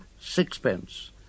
sixpence